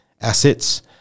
assets